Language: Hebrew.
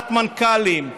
ועדת מנכ"לים,